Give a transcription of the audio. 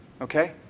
Okay